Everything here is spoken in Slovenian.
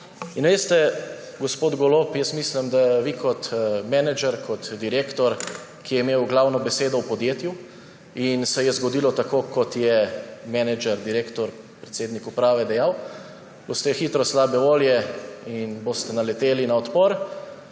Veste, gospod Golob, mislim, da boste vi kot menedžer, kot direktor, ki je imel glavno besedo v podjetju in se je zgodilo tako, kot je menedžer, direktor, predsednik uprave dejal, hitro slabe volje in boste naleteli na odpor,